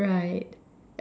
right